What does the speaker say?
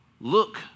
Look